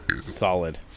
Solid